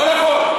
לא נכון, לא נכון.